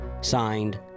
Signed